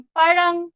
parang